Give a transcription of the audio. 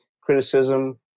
criticism